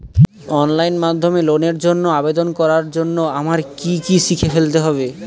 Online মাধ্যমে লোনের জন্য আবেদন করার জন্য আমায় কি কি শিখে ফেলতে হবে?